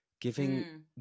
giving